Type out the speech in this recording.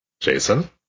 Jason